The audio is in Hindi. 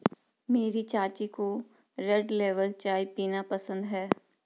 मेरी चाची को रेड लेबल चाय पीना पसंद है